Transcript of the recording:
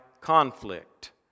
conflict